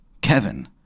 Kevin